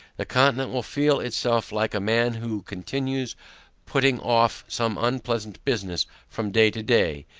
the continent will feel itself like a man who continues putting off some unpleasant business from day to day,